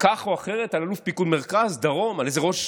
כך או אחרת על אלוף פיקוד מרכז או דרום או על איזה ראש